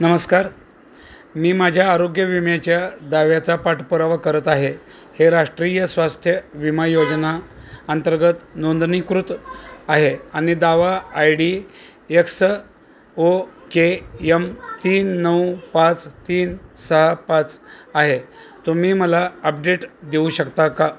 नमस्कार मी माझ्या आरोग्य विम्याच्या दाव्याचा पाठपुरावा करत आहे हे राष्ट्रीय स्वास्थ्य विमा योजना अंतर्गत नोंदणीकृत आहे आणि दावा I D X O K M तीन नऊ पाच तीन सहा पाच आहे तुम्ही मला अपडेट देऊ शकता का